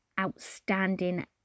outstanding